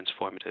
transformative